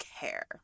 care